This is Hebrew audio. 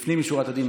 לפנים משורת הדין,